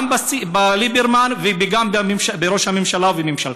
גם בליברמן וגם בראש הממשלה ובממשלתו.